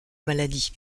maladie